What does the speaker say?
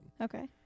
Okay